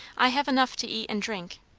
i have enough to eat and drink.